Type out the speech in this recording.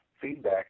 feedback